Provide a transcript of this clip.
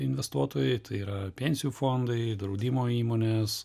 investuotojai tai yra pensijų fondai draudimo įmonės